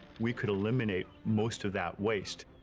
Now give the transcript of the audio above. we could eliminate most of that waste.